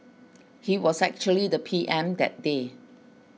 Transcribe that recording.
ge was actually the P M that day